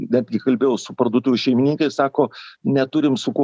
netgi kalbėjau su parduotuvių šeimininkais sako neturim su kuo